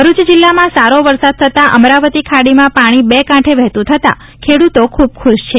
ભરૂચ જિલ્લામાં સારો વરસાદ થતા અમરાવતી ખાડીમાં પાણી બે કાંઠે વહેતું થતા ખેડૂતો ખુબ ખુશ છે